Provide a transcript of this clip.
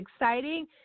exciting